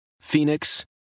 Phoenix